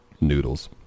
Noodles